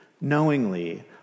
knowingly